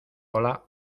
hola